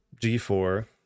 G4